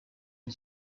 une